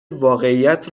واقعیت